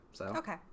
Okay